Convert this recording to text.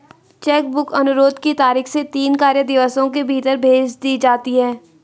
check book अनुरोध की तारीख से तीन कार्य दिवसों के भीतर भेज दी जाती है